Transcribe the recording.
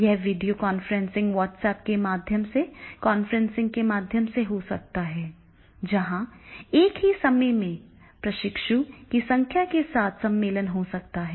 यह video conferencing WhatsApp के माध्यम से कॉन्फ्रेंसिंग के माध्यम से हो सकता है जहां एक ही समय में प्रशिक्षुओं की संख्या के साथ सम्मेलन हो सकता है